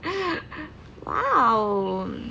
!wow!